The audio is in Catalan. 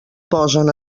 posen